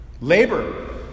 Labor